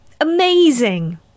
Amazing